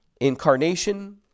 incarnation